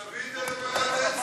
אז תביא את זה לוועדת האתיקה.